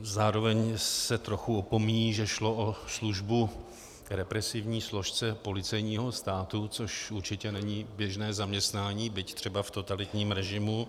Zároveň se trochu opomíjí, že šlo o službu k represivní složce policejního státu, což určitě není běžné zaměstnání, byť třeba v totalitním režimu.